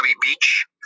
Beach